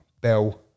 Bell